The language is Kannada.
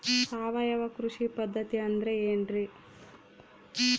ಸಾವಯವ ಕೃಷಿ ಪದ್ಧತಿ ಅಂದ್ರೆ ಏನ್ರಿ?